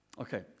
Okay